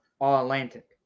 All-Atlantic